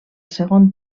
segon